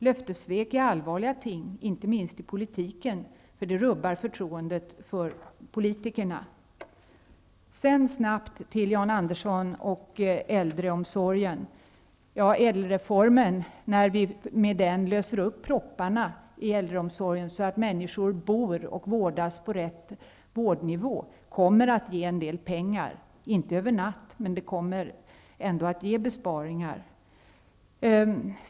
Löftesvek är allvarliga ting, inte minst i politiken, för det rubbar förtroendet för politikerna. Slutligen kort till Jan Andersson om äldreomsorgen. När ÄDEL-reformen löser upp propparna i äldreomsorgen, så att människor kan bo och vårdas på rätt nivå, kommer en del pengar att kunna sparas, inte över en natt men det kommer att innebära besparingar.